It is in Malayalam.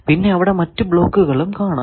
പിന്നെ അവിടെ മറ്റു ബ്ലോക്കുകളും കാണും